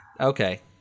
Okay